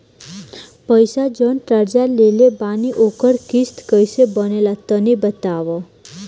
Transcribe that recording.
पैसा जऊन कर्जा लेले बानी ओकर किश्त कइसे बनेला तनी बताव?